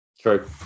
True